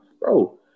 bro